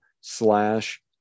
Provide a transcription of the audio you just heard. slash